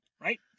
Right